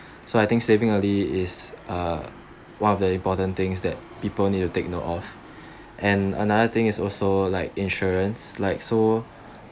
so I think saving early is uh one of the important things that people need to take note of and another thing is also like insurance like so